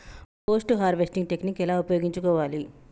Post harvesting technique ఎలా ఉపయోగించుకోవాలి?